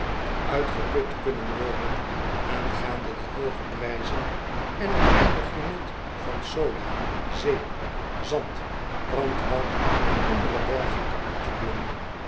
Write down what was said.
kunnen worden aangaande de hooge prijzen en t weinigje nut van soda zeep zand brandhout en andere dergelijke artikelen